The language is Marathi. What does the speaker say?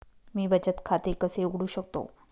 मी बचत खाते कसे उघडू शकतो?